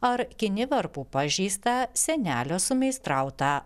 ar kinivarpų pažeistą senelio sumeistrautą